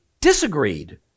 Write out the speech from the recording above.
disagreed